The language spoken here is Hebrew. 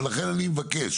ולכן אני מבקש